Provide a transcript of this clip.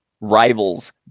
rivals